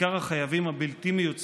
בעיקר החייבים הבלתי-מיוצגים,